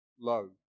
low